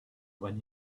when